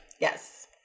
Yes